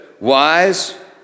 wise